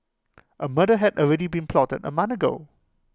A murder had already been plotted A month ago